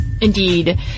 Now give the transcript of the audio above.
Indeed